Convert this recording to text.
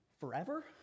forever